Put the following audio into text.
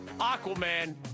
aquaman